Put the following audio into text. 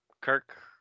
Kirk